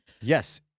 Yes